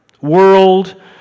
world